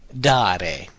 dare